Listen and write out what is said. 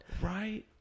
right